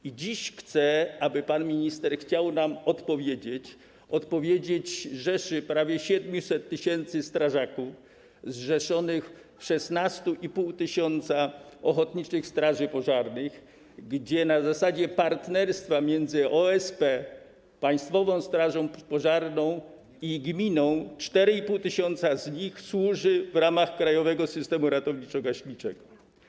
I dziś chcę, aby pan minister zechciał nam odpowiedzieć, odpowiedzieć rzeszy prawie 700 tys. strażaków zrzeszonych w 16,5 tys. ochotniczych straży pożarnych, gdzie na zasadzie partnerstwa między OSP, Państwową Strażą Pożarną i gminą 4,5 tys. z nich służy w ramach krajowego systemu ratowniczo-gaśniczego.